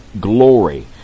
glory